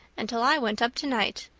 until i went up tonight.